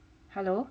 hello